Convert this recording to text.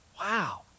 Wow